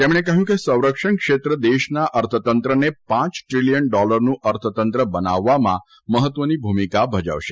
તેમણે કહ્યું કે સંરક્ષણ ક્ષેત્ર દેશના અર્થતંત્રને પાંચ દ્રીલીયન ડોલરનું અર્થતંત્ર બનાવવામાં મહત્વની ભૂમિકા ભજવશે